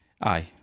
Aye